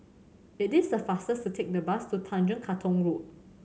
it is faster to take the bus to Tanjong Katong Road